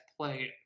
play